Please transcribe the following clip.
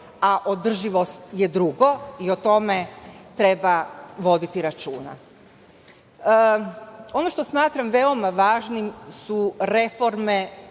a održivost je drugo, i o tome treba voditi računa. Ono što smatram veoma važnim su reforme